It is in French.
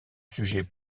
sujet